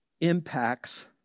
impacts